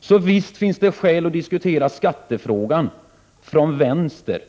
Så visst finns det alla skäl att diskutera skattefrågan — från vänster.